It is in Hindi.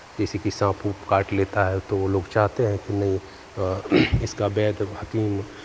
जैसे कि सांप ओप काट लेता है तो वो लोग चाहते हैं कि नहीं इसका वैद्य हकीम